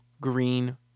green